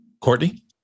Courtney